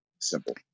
Simple